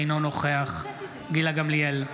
אינו נוכח גילה גמליאל,